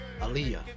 aaliyah